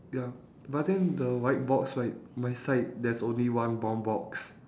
ya but I think the white box right my side there's only one brown box